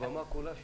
הבמה כולה שלך.